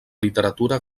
literatura